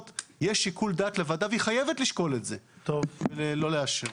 - יש שיקול דעת לוועדה והיא חייבת לשקול את זה ולא לאשר.